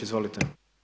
Izvolite.